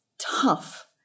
tough